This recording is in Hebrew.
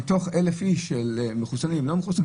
מתוך אלף אנשים שהם מחוסנים או לא מחוסנים,